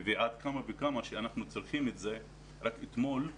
ועל כמה וכמה שאנחנו צריכים את זה, רק אתמול,